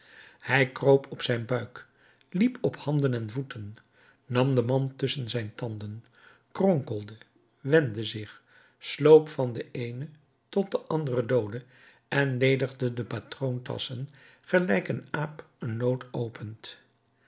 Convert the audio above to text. hij kroop op zijn buik liep op handen en voeten nam de mand tusschen zijn tanden kronkelde wendde zich sloop van den eenen tot den anderen doode en ledigde de patroontasschen gelijk een aap een noot opent